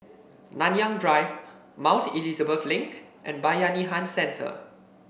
Nanyang Drive Mount Elizabeth Link and Bayanihan Centre